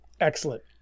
Excellent